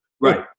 right